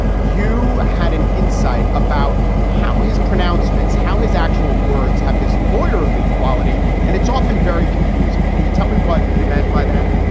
you had an insight about how his pronouncements, how his actual words have this lawyerly quality, and it's often very confusing. can you tell me what you meant by that?